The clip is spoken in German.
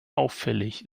auffällig